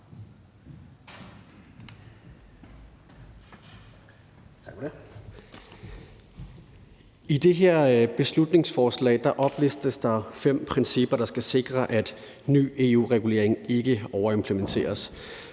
I det her beslutningsforslag oplistes der fem principper, der skal sikre, at ny EU-regulering ikke overimplementeres,